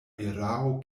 erao